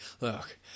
look